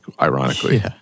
ironically